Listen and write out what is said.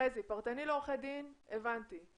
פרטני לעורכי דין, הבנתי.